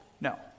No